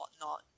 whatnot